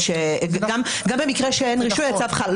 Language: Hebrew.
גם במקרה שאין רישוי הצו חל.